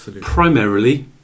primarily